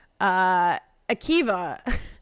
Akiva